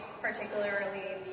particularly